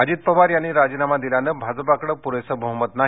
अजित पवार यांनी राजीनामा दिल्यानं भाजपाकडे पुरेसं बहुमत नाही